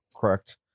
correct